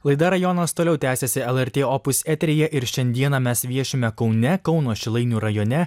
laida rajonas toliau tęsiasi lrt opus eteryje ir šiandieną mes viešime kaune kauno šilainių rajone